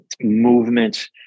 movement